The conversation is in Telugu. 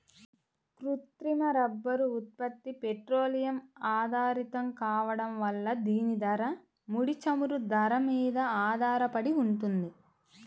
కృత్రిమ రబ్బరు ఉత్పత్తి పెట్రోలియం ఆధారితం కావడం వల్ల దీని ధర, ముడి చమురు ధర మీద ఆధారపడి ఉంటుంది